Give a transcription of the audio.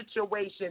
situation